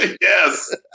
Yes